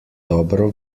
dobro